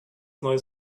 neues